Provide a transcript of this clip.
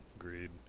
Agreed